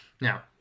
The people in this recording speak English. Now